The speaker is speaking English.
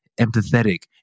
empathetic